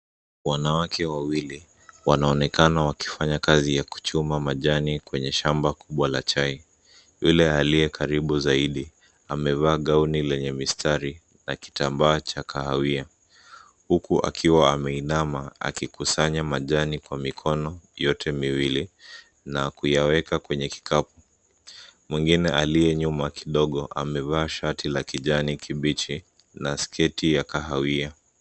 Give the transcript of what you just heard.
Wanawake wawilii wanaonekana wakifanya kazi ya kuchuma majani kwenye shamba kubwa la chai. Huyu aliye karibu zaidi amevaa gauni lenye mistari na kitambaa cha kahawia, huku akiwa ameinama akikusanya majani kwa mikono yote miwili, na kuyaweka kwenye kikapu. Mwingine aliye nyuma kidogo amevaa shati la kijani kibichi na sketi ya kahawia.